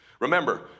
Remember